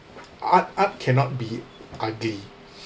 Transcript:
art art cannot be ugly